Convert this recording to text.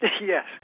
Yes